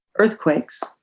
Earthquakes